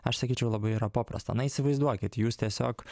aš sakyčiau labai yra paprasta na įsivaizduokit jūs tiesiog